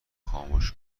خاموش